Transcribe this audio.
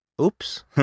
Oops